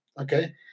okay